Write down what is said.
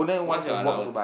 what's your allowance